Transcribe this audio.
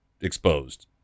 exposed